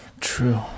True